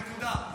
נקודה.